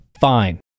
Fine